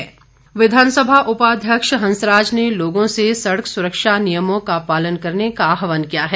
हंसराज विधानसभा उपाध्यक्ष हंसराज ने लोगों से सड़क सुरक्षा नियमों का पालन करने का आहवान किया है